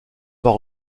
pas